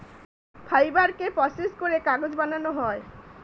ফাইবারকে প্রসেস করে কাগজ বানানো হয়